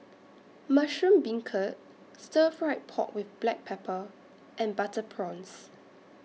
Mushroom Beancurd Stir Fried Pork with Black Pepper and Butter Prawns